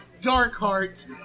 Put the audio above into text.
Darkheart